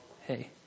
hey